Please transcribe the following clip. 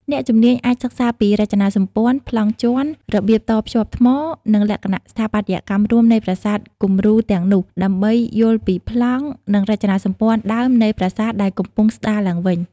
អ្នកជំនាញអាចសិក្សាពីរចនាសម្ព័ន្ធ ប្លង់ជាន់ របៀបតភ្ជាប់ថ្ម និងលក្ខណៈស្ថាបត្យកម្មរួមនៃប្រាសាទគំរូទាំងនោះ ដើម្បីយល់ពីប្លង់ និងរចនាសម្ព័ន្ធដើមនៃប្រាសាទដែលកំពុងស្ដារឡើងវិញ។